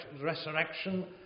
resurrection